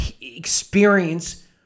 experience